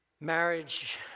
Marriage